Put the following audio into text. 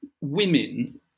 women